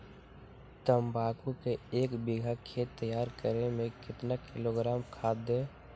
तम्बाकू के एक बीघा खेत तैयार करें मे कितना किलोग्राम खाद दे?